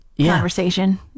conversation